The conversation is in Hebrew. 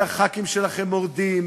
כי חברי הכנסת שלכם מורדים,